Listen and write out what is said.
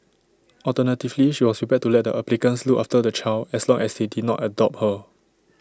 alternatively she was prepared to let applicants look after the child as long as they did not adopt her